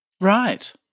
Right